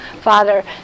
Father